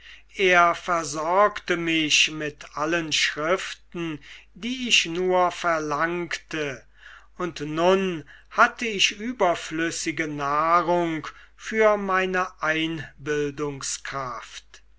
er versorgte mich mit allen schriften die ich nur verlangte und nun hatte ich überflüssige nahrung für meine